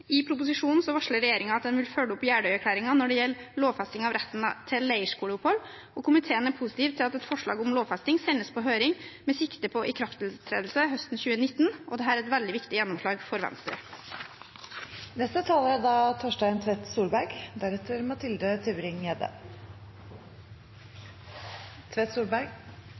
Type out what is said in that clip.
I proposisjonen varsler regjeringen at en vil følge opp Jeløya-erklæringen når det gjelder lovfesting av retten til leirskoleopphold, og komiteen er positiv til at et forslag om lovfesting sendes på høring med sikte på ikrafttredelse høsten 2019. Dette er et veldig viktig gjennomslag for Venstre. For Arbeiderpartiet er